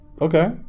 Okay